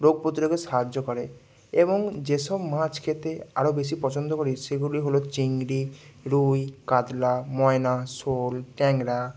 রোগ প্রতিরোধে সাহায্য করে এবং যেসব মাছ খেতে আরও বেশি পছন্দ করি সেগুলি হল চিংড়ি রুই কাতলা ময়না শোল ট্যাংরা